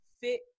fit